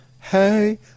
Hey